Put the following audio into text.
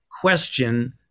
question